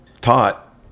taught